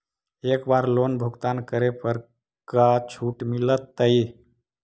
एक बार लोन भुगतान करे पर का छुट मिल तइ?